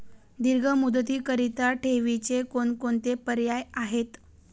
दीर्घ मुदतीकरीता ठेवीचे कोणकोणते पर्याय आहेत?